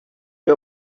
you